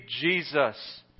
Jesus